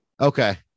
Okay